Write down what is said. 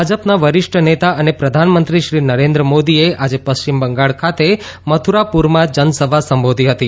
ભાજપના વરિષ્ઠ નેતા અને પ્રધાનમંત્રી શ્રી નરેન્દ્રમોદીએ આજે પશ્ચિમ બંગાળ ખાતે મથુરાપુરમાં જનસભા સંબોધી હતી